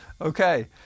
okay